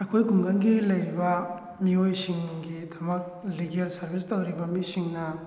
ꯑꯩꯈꯣꯏ ꯈꯨꯡꯒꯪꯒꯤ ꯂꯩꯔꯤꯕ ꯃꯤꯑꯣꯏꯁꯤꯡꯒꯤ ꯊꯕꯛ ꯂꯤꯒꯦꯜ ꯁꯔꯚꯤꯁ ꯇꯧꯔꯤꯕ ꯃꯤꯁꯤꯡꯅ